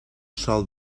sòl